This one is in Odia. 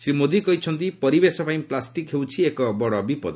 ଶ୍ରୀ ମୋଦି କହିଛନ୍ତି ପରିବେଶପାଇଁ ପ୍ଲାଷ୍ଟିକ୍ ହେଉଛି ଏକ ବଡ଼ ବିପଦ